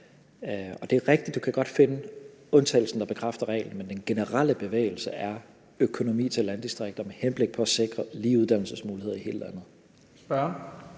Og det er rigtigt, at du godt kan finde undtagelsen, der bekræfter reglen, men den generelle bevægelse er mere økonomi til landdistrikterne med henblik på at sikre lige uddannelsesmuligheder i hele landet.